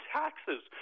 taxes